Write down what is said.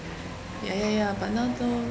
ya ya ya but now don't